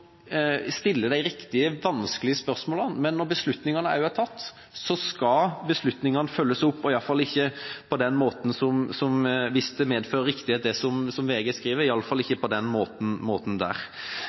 stiller de riktige, vanskelige spørsmålene. Men når beslutningene er tatt, så skal beslutningene også følges opp, og i hvert fall ikke – hvis det medfører riktighet, det som VG skriver